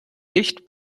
licht